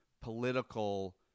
political